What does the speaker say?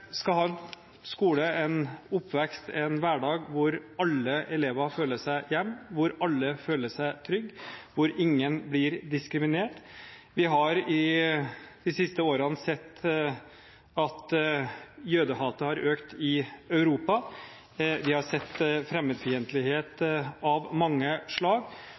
skal ha en skole, en oppvekst, en hverdag hvor alle elever føler seg hjemme, hvor alle føler seg trygge, hvor ingen blir diskriminert. Vi har i de siste årene sett at jødehatet har økt i Europa. Vi har sett fremmedfiendtlighet av mange slag,